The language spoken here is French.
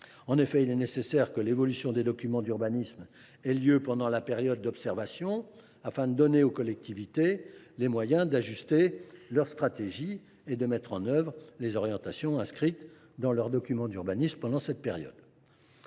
En effet, il est nécessaire que l’évolution des documents d’urbanisme ait lieu pendant la période d’observation, afin de donner aux collectivités les moyens d’ajuster leur stratégie et de mettre en œuvre les orientations inscrites dans leur document d’urbanisme pendant cette période.